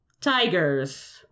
tigers